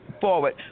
forward